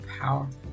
powerful